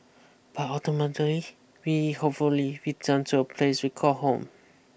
but ultimately we hopefully return to a place we call home